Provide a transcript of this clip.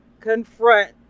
confront